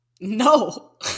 No